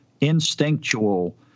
instinctual